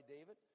David